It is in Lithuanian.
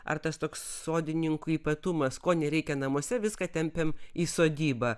ar tas toks sodininkų ypatumas ko nereikia namuose viską tempiam į sodybą